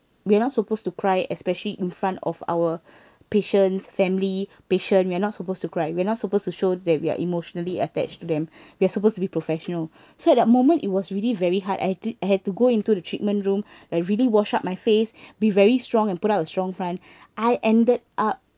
we're not supposed to cry especially in front of our patients' family patient we're not supposed to cry we're not supposed to show that we are emotionally attached to them we are supposed to be professional so at the moment it was really very hard I I had to go into the treatment room like really wash up my face be very strong and put up a strong front I ended up